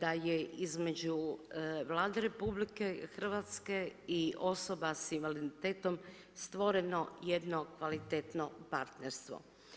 da je između Vlade RH i osoba sa invaliditetom stvoreno jedno kvalitetno partnerstvo.